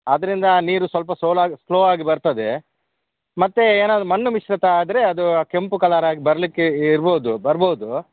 ಅದರಿಂದ ನೀರು ಸ್ವಲ್ಪ ಸೊಲಾಗಿ ಸ್ಲೋ ಆಗಿ ಬರ್ತದೆ ಮತ್ತು ಏನಾದರೂ ಮಣ್ಣು ಮಿಶ್ರಿತ ಆದರೆ ಅದು ಆ ಕೆಂಪು ಕಲರ್ ಆಗಿ ಬರಲಿಕ್ಕೆ ಇರ್ಬೋದು ಬರ್ಬೋದು